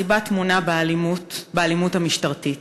הסיבה טמונה באלימות המשטרתית.